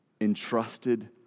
Entrusted